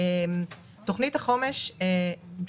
יש סבסוד של